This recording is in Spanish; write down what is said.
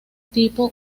tipo